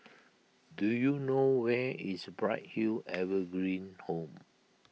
do you know where is Bright Hill Evergreen Home